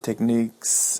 techniques